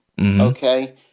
okay